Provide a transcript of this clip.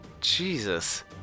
Jesus